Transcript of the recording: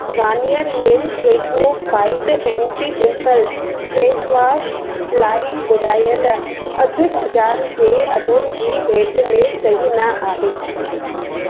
Garnier men acno fight anti pimple face wash लाइ ॿुधायल अघु बाज़ार जे अघनि जी भेट में सही न आहे